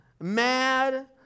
mad